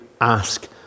ask